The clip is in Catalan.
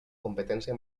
competència